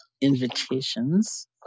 invitations